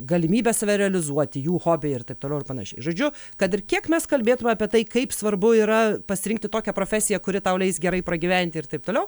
galimybės save realizuoti jų hobiai ir taip toliau ir panašiai žodžiu kad ir kiek mes kalbėtume apie tai kaip svarbu yra pasirinkti tokią profesiją kuri tau leis gerai pragyventi ir taip toliau